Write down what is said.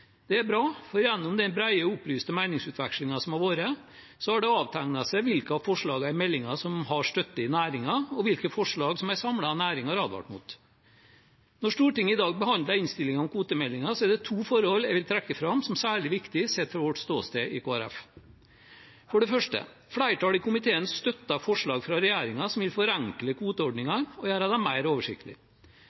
Det er bra, for gjennom den brede og opplyste meningsutvekslingen som har vært, har det avtegnet seg hvilke av forslagene i meldingen som har støtte i næringen, og hvilke en samlet næring har advart mot. Når Stortinget i dag behandler innstillingen om kvotemeldingen, er det to forhold jeg vil trekke fram som særlig viktige, sett fra vårt ståsted i Kristelig Folkeparti. For det første: Flertallet i komiteen støtter forslag fra regjeringen som vil forenkle kvoteordningen og gjøre den mer oversiktlig.